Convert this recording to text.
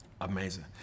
Amazing